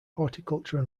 horticulture